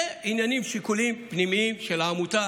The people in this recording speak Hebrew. אלה עניינים ושיקולים פנימיים של העמותה